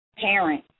parent